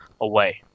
away